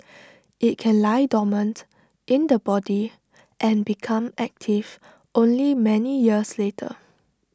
IT can lie dormant in the body and become active only many years later